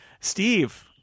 Steve